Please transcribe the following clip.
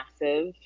massive